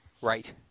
Right